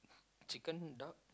chicken duck